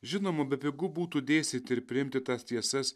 žinoma bepigu būtų dėstyti ir priimti tas tiesas